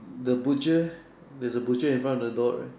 the butcher there's a butcher in front of the door right